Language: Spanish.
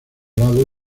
lado